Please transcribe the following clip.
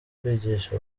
kwigisha